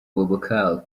boubacar